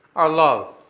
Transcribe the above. our love.